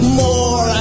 more